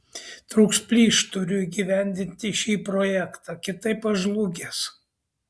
trūks plyš turiu įgyvendinti šį projektą kitaip aš žlugęs